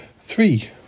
three